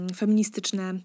feministyczne